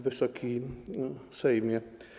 Wysoki Sejmie!